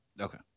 Okay